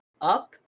up